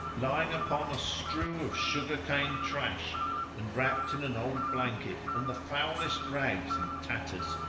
lying upon a strew of sugar cane trash and wrapped in an old blanket and the foulest rags and tatters.